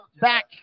back